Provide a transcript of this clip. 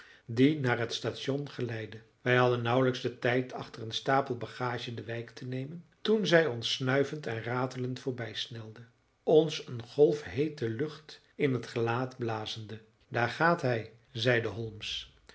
die naar het station geleidde wij hadden nauwelijks den tijd achter een stapel bagage de wijk te nemen toen zij ons snuivend en ratelend voorbijsnelde ons een golf heete lucht in het gelaat blazende daar gaat hij zeide